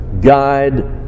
guide